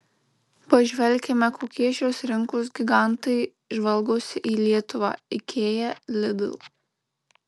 pažvelkime kokie šios rinkos gigantai žvalgosi į lietuvą ikea lidl